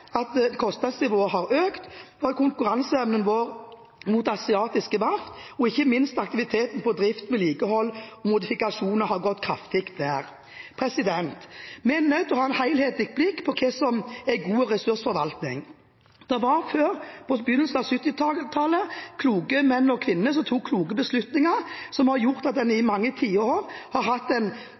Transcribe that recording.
at kostnadsnivået har økt. Konkurranseevnen vår mot asiatiske verft er også en årsak, og ikke minst har aktiviteten på drift, vedlikehold og modifikasjoner gått kraftig ned. Vi er nødt til å ha et helhetlig blikk på hva som er god ressursforvaltning. Før, på begynnelsen av 1970-tallet, var det kloke menn og kvinner som tok kloke beslutninger, som har gjort at en i mange tiår har hatt en